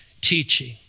teaching